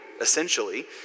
essentially